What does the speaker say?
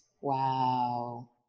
Wow